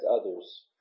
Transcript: others